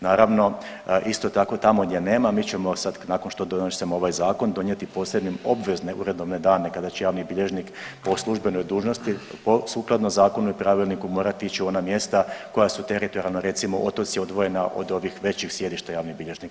Naravno isto tako tamo gdje nema mi ćemo sad nakon što donesemo ovaj zakon donijeti posebne obvezne uredovne dane kada će javni bilježnik po službenoj dužnosti sukladno zakonu i pravilniku morat ić u ona mjesta koja su teritorijalno recimo otoci odvojena od ovih većih sjedišta javnih bilježnika.